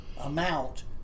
amount